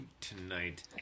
tonight